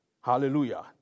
Hallelujah